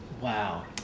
Wow